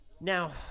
Now